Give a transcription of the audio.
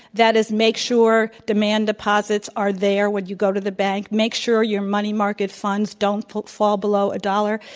that is make sure demand deposits are there when you go to the bank, make sure your money market funds don't fall below a dollar,